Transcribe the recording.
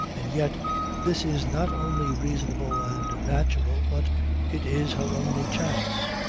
and yet this is not only reasonable and natural, but it is her only chance.